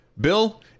Bill